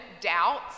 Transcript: doubts